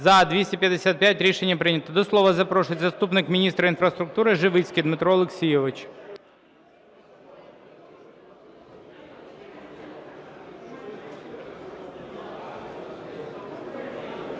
За-255 Рішення прийнято. До слова запрошується заступник міністра інфраструктури Живицький Дмитро Олексійович.